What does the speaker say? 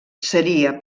seria